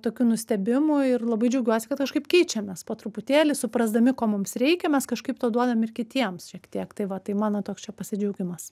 tokių nustebimų ir labai džiaugiuosi kad kažkaip keičiamės po truputėlį suprasdami ko mums reikia mes kažkaip to duodam ir kitiems šiek tiek tai va tai mano toks čia pasidžiaugimas